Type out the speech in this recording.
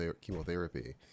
chemotherapy